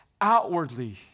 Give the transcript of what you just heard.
outwardly